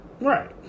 Right